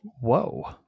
whoa